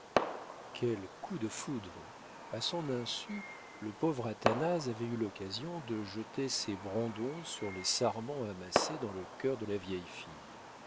quel coup de foudre a son insu le pauvre athanase avait eu l'occasion de jeter ses brandons sur les sarments amassés dans le cœur de la vieille fille